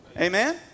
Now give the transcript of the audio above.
Amen